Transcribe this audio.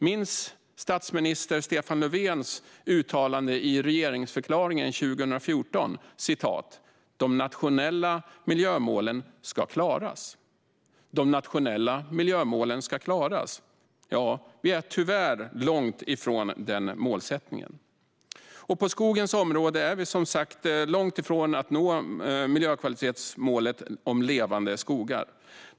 Minns statsminister Stefans Löfvens uttalande i regeringsförklaringen 2014: De nationella miljömålen ska klaras. Vi är tyvärr långt ifrån denna målsättning. På skogens område är vi, som sagt, långt från att nå miljökvalitetsmålet om levande skogar.